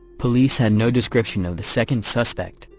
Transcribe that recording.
police had no description of the second suspect,